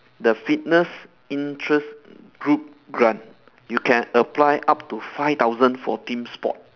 the fitness interest group grant you can apply up to five thousand for team sport